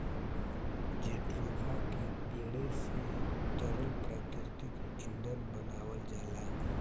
jatropha के पेड़े से तरल प्राकृतिक ईंधन बनावल जाला